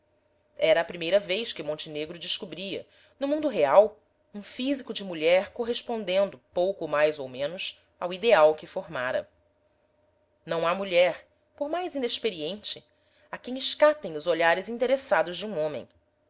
era a primeira vez que montenegro descobria no mundo real um físico de mulher correspondendo pouco mais ou menos ao ideal que formara não há mulher por mais inexperiente a quem escapem os olhares interessados de um homem